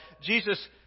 Jesus